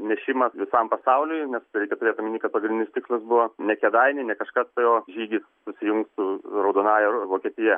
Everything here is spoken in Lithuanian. nešimas visam pasauliui nes reikia turėt omeny kad pagrindinis tikslas buvo ne kėdainiai ne kažkas tai o žygis susijungt su raudonąja vokietija